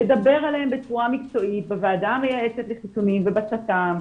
לדבר עליהם בצורה מקצועית בוועדה המייעצת לחיסונים ובצת"ם,